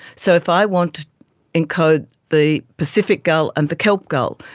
so if i want to encode the pacific gull and the kelp gull,